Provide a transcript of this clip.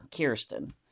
Kirsten